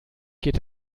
geht